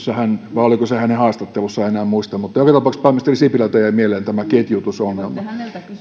vai oliko se hänen haastattelussaan en enää muista mutta joka tapauksessa pääministeri sipilältä jäi mieleen tämä ketjutusongelma